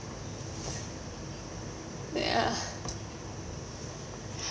ya